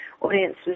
audiences